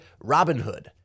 Robinhood